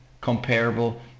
comparable